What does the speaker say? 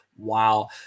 Wow